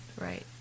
right